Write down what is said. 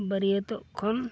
ᱵᱟᱹᱨᱭᱟᱹᱛᱚᱜ ᱠᱷᱚᱱ